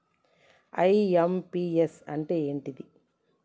IMPS అంటే ఏంటిది?